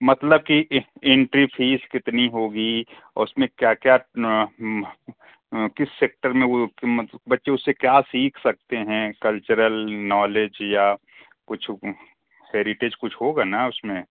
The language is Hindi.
मतलब कि इंट्री फ़ीस कितनी होगी और उसमें क्या क्या किस सेक्टर में वो कि मत बच्चे उससे क्या सीख सकते हैं कल्चरल नॉलेज या कुछ हैरिटेज कुछ होगा ना उसमें